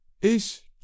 Ich